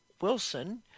Wilson